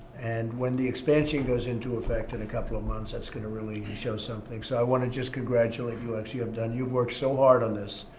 and when the expansion goes into effect in a couple of months, that's going to really show something. so, i want to just congratulate you, alex. you um done you've worked so hard on this.